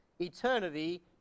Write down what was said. eternity